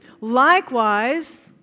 Likewise